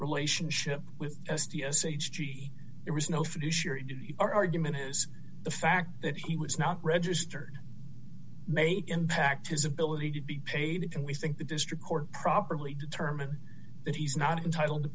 relationship with s t s h g there was no fiduciary duty argument is the fact that he was not registered may impact his ability to be paid and we think the district court properly determine that he's not entitle to